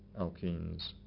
alkenes